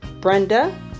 Brenda